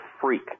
freak